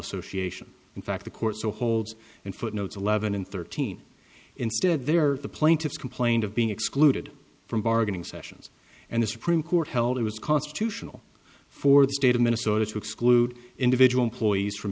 association in fact the court so holds and footnotes eleven and thirteen instead they are the plaintiffs complained of being excluded from bargaining sessions and the supreme court held it was constitutional for the state of minnesota to exclude individual ploys from